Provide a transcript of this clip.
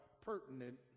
pertinent